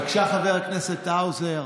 בבקשה, חבר הכנסת האוזר,